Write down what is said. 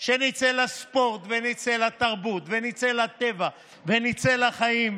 שנצא לספורט ונצא לתרבות ונצא לטבע ונצא לחיים.